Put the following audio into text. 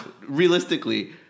realistically